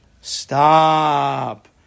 Stop